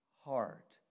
heart